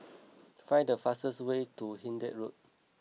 find the fastest way to Hindhede Road